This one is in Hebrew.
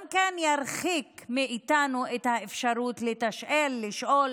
הוא גם ירחיק מאיתנו את האפשרות לתשאל, לשאול.